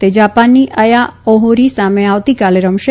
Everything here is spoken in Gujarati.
તે જાપાનની અથા ઓહોરી સામે આવતીકાલે રમશે